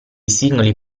singoli